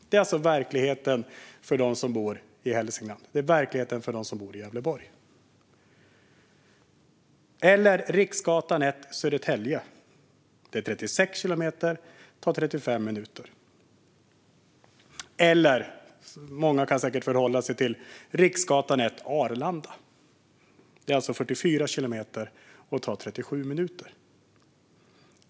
Detta avstånd är verkligheten för dem som bor i Hälsingland och Gävleborg - eller Riksgatan 1 till Södertälje, 36 kilometer, 35 minuter, eller, vilket många säkert kan förhålla sig till, Riksgatan 1 till Arlanda, 44 kilometer, 37 minuter.